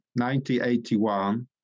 1981